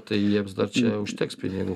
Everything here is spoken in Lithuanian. tai jiems dar čia užteks pinigų